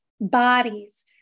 bodies